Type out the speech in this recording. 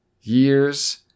years